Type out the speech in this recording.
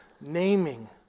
naming